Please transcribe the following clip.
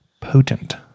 potent